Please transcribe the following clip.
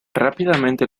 rápidamente